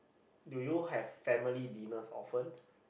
do you have family dinner often